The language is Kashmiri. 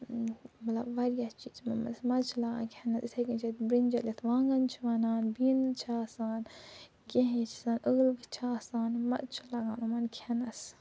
مطلب وارِیاہ چیٖز مَزٕ چھِ لا کھٮ۪نس یِتھے کٔنۍ چھِ اَسہِ بِرنٛجل یَتھ وانٛگن چھِ وَنان بیٖنٕز چھِ آسان کیٚنٛہہ یہِ چھُ آسان ٲلوٕ چھِ آسان مَزٕ چھُ لگان یِمن کھٮ۪نس